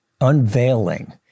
unveiling